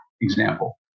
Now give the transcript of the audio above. example